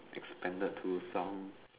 expanded to some